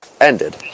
ended